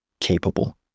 capable